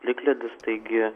plikledis taigi